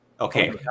Okay